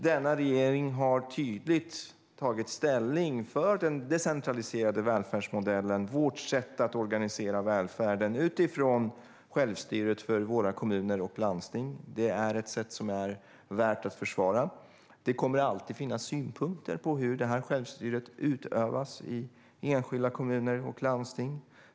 Denna regering har tydligt tagit ställning för den decentraliserade välfärdsmodellen och vårt sätt att organisera välfärden utifrån självstyret för våra kommuner och landsting. Det är ett sätt som är värt att försvara. Det kommer alltid att finnas synpunkter på hur självstyret utövas i enskilda kommuner och landsting.